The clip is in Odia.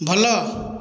ଭଲ